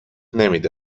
نمیده